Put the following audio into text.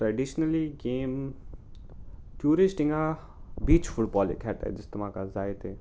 traditionally game tourist हिंगा beach football खेळटाय दिस्तता म्हाका जाय ते